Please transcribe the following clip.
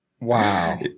Wow